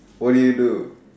what do you do